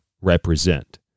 represent